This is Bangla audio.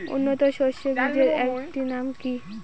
উন্নত সরষে বীজের একটি নাম কি?